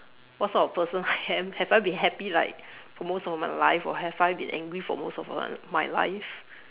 what sort of person I am have I been happy like for most of my life or have I been angry for most of what my life